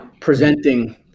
presenting